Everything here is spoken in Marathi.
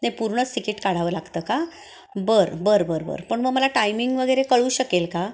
नाही पूर्णच तिकीट काढावं लागतं का बर बर बर बर पण मग मला टायमिंग वगैरे कळू शकेल का